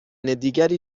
دیگری